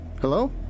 Hello